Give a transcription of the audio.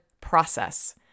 process